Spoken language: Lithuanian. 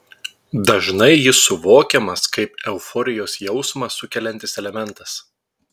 dažnai jis suvokiamas kaip euforijos jausmą sukeliantis elementas